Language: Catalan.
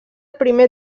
primer